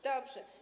Dobrze.